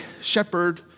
shepherd